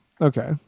Okay